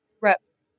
Reps